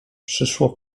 przyszło